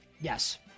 Yes